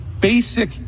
basic